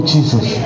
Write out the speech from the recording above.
Jesus